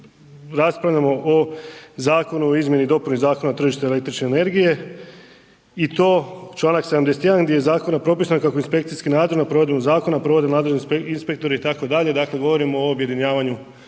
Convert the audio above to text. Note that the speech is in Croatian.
danas raspravljamo o Zakonu o izmjeni i dopuni Zakona o tržištu električne energije i to članak 71. gdje je zakonom propisano kako inspekcijski nadzor nad provedbom zakona provode nadležni inspektori itd.,